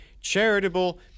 charitable